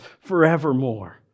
forevermore